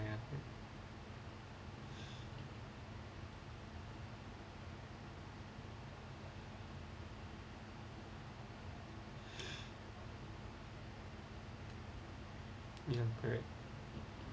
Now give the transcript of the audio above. ya mm correct